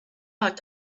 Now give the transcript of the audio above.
locked